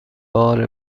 بار